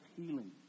healing